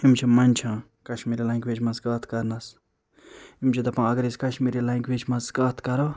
یِم چھِ منٛدٕچھان کشمیری لنٛگویج منٛز کَتھ کرنَس یِم چھِ دَپان اگر أسۍ کشمیری لنٛگویح منٛز کَتھ کَرو